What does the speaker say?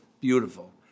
Beautiful